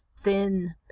thin